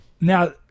Now